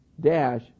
dash